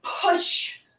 push